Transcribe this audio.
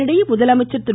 இதனிடையே முதலமைச்சர் திரு